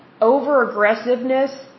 over-aggressiveness